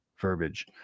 verbiage